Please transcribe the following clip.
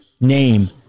name